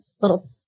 little